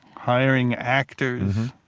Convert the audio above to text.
hiring actors,